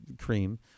cream